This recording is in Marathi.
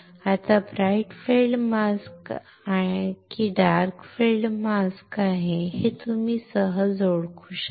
आता ब्राइट फील्ड मास्क आहे की डार्क फील्ड मास्क आहे हे तुम्ही सहज ओळखू शकता